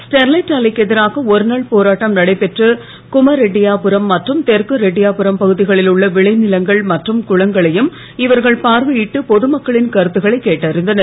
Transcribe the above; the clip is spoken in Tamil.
ஸ்டெர்லைட் ஆலைக்கு எதிராக ஒருநாள் போராட்டம் நடைபெற்ற குமரெட்டியாபுரம் மற்றும் தெற்கு ரெட்டியாபுரம் பகுதிகளில் உள்ள விளைநிலங்கள் மற்றும் குளங்களையும் இவர்கள் பார்வையிட்டு பொதுமக்களின் கருத்துக்களை கேட்டறிந்தனர்